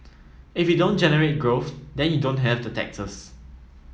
if you don't generate growth then you don't have the taxes